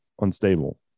unstable